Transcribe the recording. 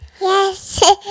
Yes